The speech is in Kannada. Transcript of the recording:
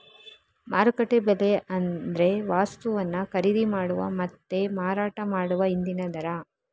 ಮಾರುಕಟ್ಟೆ ಬೆಲೆ ಅಂದ್ರೆ ವಸ್ತುವನ್ನ ಖರೀದಿ ಮಾಡುವ ಮತ್ತೆ ಮಾರಾಟ ಮಾಡುವ ಇಂದಿನ ದರ